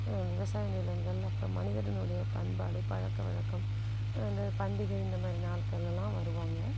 விவசாய நிலங்கள் அப்புறம் மனிதரினுடைய பண்பாடு பழக்கவழக்கம் அந்த பண்டிகை இந்த மாதிரி நாட்களெல்லாம் வருவாங்க